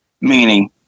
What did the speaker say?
Meaning